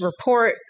report